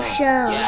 Show